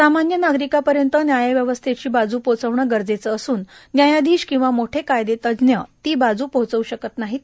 सामान्य नागरिकांपर्यंत न्यायव्यवस्थेची बाजू पोहोचणं गरजेचं असून न्यायाधीश किंवा मोठे कायदेतज्ञ ती बाजू पोहोचवू शकत नाहीत